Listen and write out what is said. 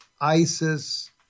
ISIS